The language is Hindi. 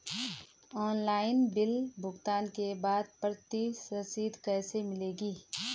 ऑनलाइन बिल भुगतान के बाद प्रति रसीद कैसे मिलेगी?